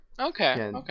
okay